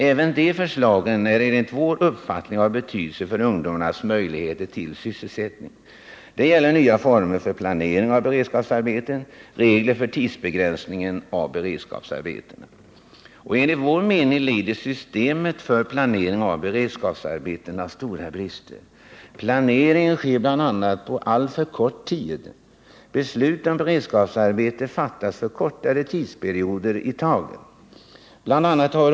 Även de förslagen är enligt vår uppfattning av betydelse för ungdomarnas möjligheter till sysselsättning. Det gäller nya former för planering av beredskapsarbeten och regler för tidsbegränsning av beredskapsarbeten. Enligt vår mening lider systemet för planering av beredskapsarbeten av stora brister. Planeringen sker bl.a. på alltför kort tid. Beslut om beredskapsarbete fattas för kortare tidsperioder i taget.